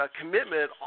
commitment